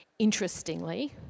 Interestingly